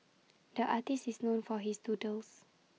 the artist is known for his doodles